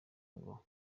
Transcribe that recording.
ngo